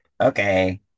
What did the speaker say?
okay